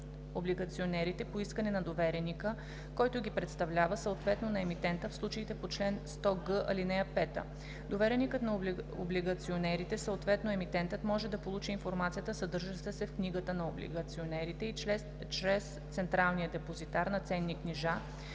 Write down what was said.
облигационерите, по искане на довереника, който ги представлява, съответно на емитента в случаите по чл. 100г, ал. 5. Довереникът на облигационерите, съответно емитентът, може да получи информацията, съдържаща се в книгата на облигационерите, и чрез централния депозитар на ценни книжа,